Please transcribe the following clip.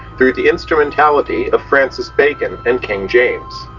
through the instrumentality of francis bacon and king james.